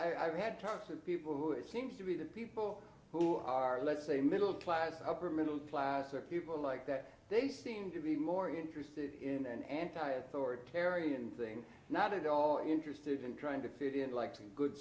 it i've had times with people who it seems to be the people who are let's say middle class upper middle class or people like that they seem to be more interested in anti authoritarian thing not at all interested in trying to fit in like a good